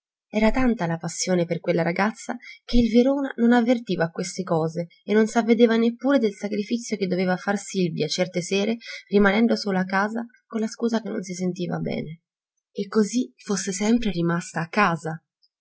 era tanta la passione per quella ragazza che il verona non avvertiva a queste cose e non s'avvedeva neppure del sacrifizio che doveva far silvia certe sere rimanendo sola a casa con la scusa che non si sentiva bene e così fosse sempre rimasta a casa